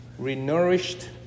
renourished